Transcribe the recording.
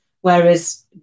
Whereas